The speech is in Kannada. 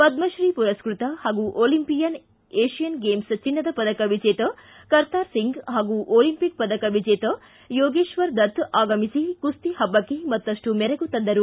ಪದ್ಮಿತೀ ಪುರಸ್ಕೃತ ಹಾಗೂ ಒಲಿಂಪಿಯನ್ ಏಷಿಯನ್ ಗೇಮ್ಲ್ ಚಿನ್ನದ ಪದಕ ವಿಜೇತ ಕರ್ತಾರ್ ಒಂಗ್ ಹಾಗೂ ಒಲಿಂಪಿಕ್ ಪದಕ ವಿಜೇತ ಯೋಗೇಶ್ವರ್ ದತ್ತ ಆಗಮಿಸಿ ಕುಸ್ತಿ ಹಬ್ಬಕ್ಕೆ ಮತ್ತಪ್ಟು ಮೆರಗು ತಂದರು